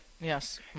yes